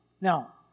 Now